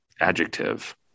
adjective